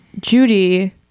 Judy